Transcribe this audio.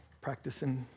Practicing